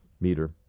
meter